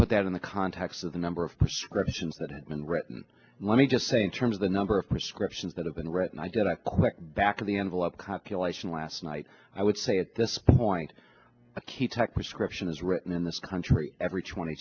and that in the context of the number of prescriptions that had been written let me just say in terms of the number of prescriptions that have been written i did a quick back of the envelope copulation last night i would say at this point a key tech was corruption is written in this country every twenty